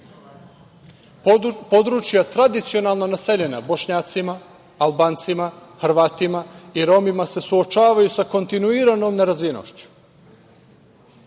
Područja tradicionalno naseljena Bošnjacima, Albancima, Hrvatima i Romima se suočavaju sa kontinuiranom nerazvijenošću.